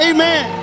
Amen